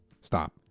Stop